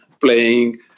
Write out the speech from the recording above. playing